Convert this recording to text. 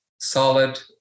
solid